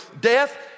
death